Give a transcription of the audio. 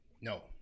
no